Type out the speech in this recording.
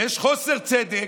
יש חוסר צדק.